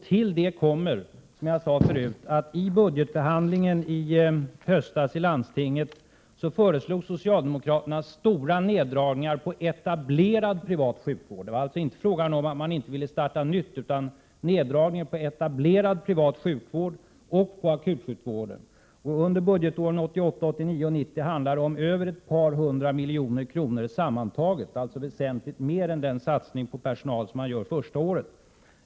Till det kommer, som jag sade förut, att i landstingets budgetbehandling i höstas föreslog socialdemokraterna stora neddragningar på etablerad privat sjukvård — det var alltså inte fråga om att man inte ville starta nytt — och på akutsjukvården. Under budgetåren 1988, 1989 och 1990 handlar det om mer än ett par hundra miljoner kronor sammantaget, alltså väsentligt mer än den satsning på personal som socialdemokraterna vill göra det första året.